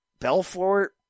Belfort